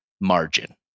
margin